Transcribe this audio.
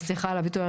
סליחה על הביטוי,